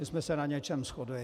My jsme se na něčem shodli.